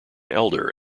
elder